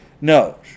No